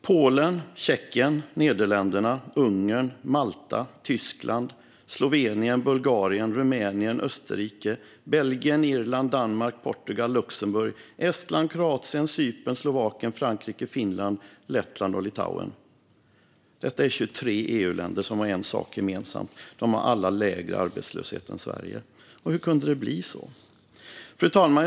Polen, Tjeckien, Nederländerna, Ungern, Malta, Tyskland, Slovenien, Bulgarien, Rumänien, Österrike, Belgien, Irland, Danmark, Portugal, Luxemburg, Estland, Kroatien, Cypern, Slovakien, Frankrike, Finland, Lettland och Litauen - detta är 23 EU-länder som har en sak gemensamt. De har alla lägre arbetslöshet än Sverige. Hur kunde det bli så? Fru talman!